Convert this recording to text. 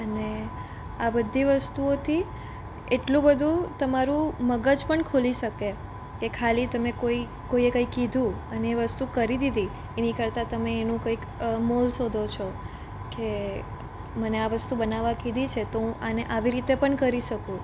અને આ બધી વસ્તુઓથી એટલું બધું તમારું મગજ પણ ખૂલી શકે તે ખાલી તમે કોઈ કોઈએ કાંઈ કીધું અને એ વસ્તુ કરી દીધી એની કરતાં તમે એનું કંઈક મોલ શોધો છો કે મને આ વસ્તુ બનાવવા કીધી છે તો હું આને આવી રીતે પણ કરી શકું